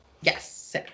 Yes